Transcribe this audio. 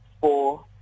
four